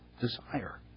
desire